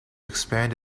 expand